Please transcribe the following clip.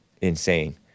insane